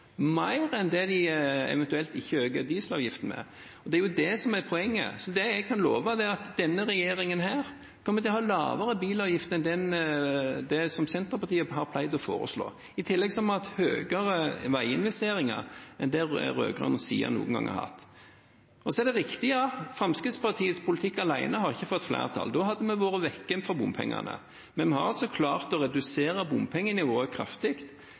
mer enn det de eventuelt ikke øker dieselavgiften med. Det er det som er poenget. Det jeg kan love, er at denne regjeringen kommer til å ha lavere bilavgifter enn det Senterpartiet har pleid å foreslå. I tillegg har vi hatt høyere veginvesteringer enn det rød-grønn side noen gang har hatt. Det er riktig at Fremskrittspartiets politikk alene ikke har fått flertall, da hadde vi vært vekk fra bompengene igjen, men vi har altså klart å redusere bompengenivået kraftig.